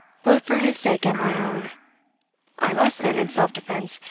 both for his sake and my own i must then, in self-defence,